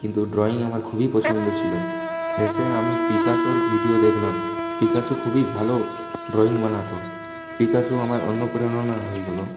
কিন্তু ড্রয়িং আমার খুবই পছন্দ ছিল শেষে আমি পিকাসোর ভিডিও দেখলাম পিকাসো খুবই ভালো ড্রয়িং বানাতো পিকাসো আমার অনুপ্রেরণা হয়ে গেল